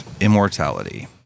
immortality